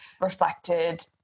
reflected